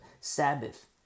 Sabbath